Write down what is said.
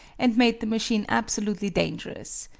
and made the machine absolutely dangerous.